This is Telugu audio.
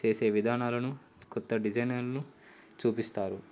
చేసే విధానాలను కొత్త డిజైనర్ను చూపిస్తారు